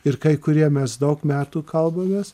ir kai kurie mes daug metų kalbamės